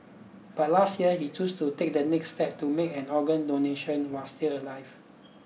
but last year he chose to take the next step to make an organ donation while still alive